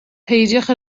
peidiwch